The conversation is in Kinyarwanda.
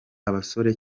abasore